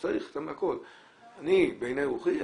בעיני רוחי,